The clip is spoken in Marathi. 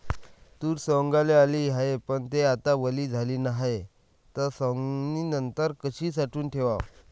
तूर सवंगाले आली हाये, पन थे आता वली झाली हाये, त सवंगनीनंतर कशी साठवून ठेवाव?